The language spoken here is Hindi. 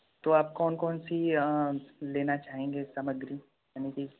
तो आप कौन कौनसी लेना चाहेंगे सामग्री यानी कि